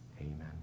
amen